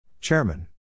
Chairman